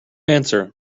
answer